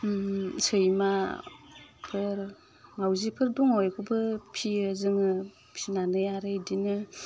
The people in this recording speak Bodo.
सैमाफोर माउजिफोर दङ इखौबो फियो जोङो फिनानै आरो इदिनो